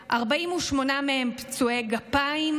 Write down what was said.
48 מהם פצועי גפיים.